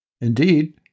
Indeed